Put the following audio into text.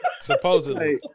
Supposedly